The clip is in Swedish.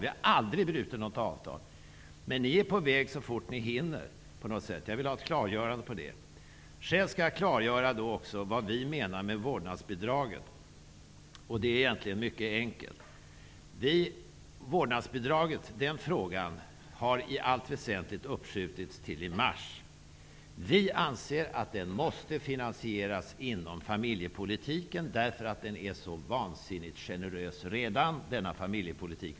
Vi har aldrig brutit något avtal. Men ni är på väg så fort ni hinner, på något sätt. Jag vill ha ett klargörande av det. Själv skall jag klargöra vad vi menar med vårdnadsbidraget. Det är egentligen mycket enkelt. Frågan om vårdnadsbidraget har i allt väsentligt uppskjutits till mars. Vi anser att den måste finansieras inom familjepolitikens ram, därför att denna familjepolitik redan är så vansinnigt generös.